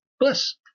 Plus